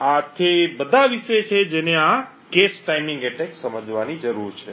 આ તે બધા વિશે છે જેને આ cache ટાઇમિંગ એટેક સમજવાની જરૂર છે